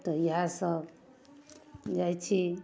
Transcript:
तऽ इएहसब जाइ छी